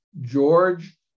George